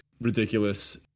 ridiculous